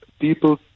people